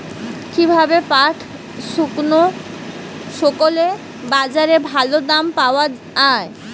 কীভাবে পাট শুকোলে বাজারে ভালো দাম পাওয়া য়ায়?